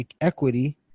equity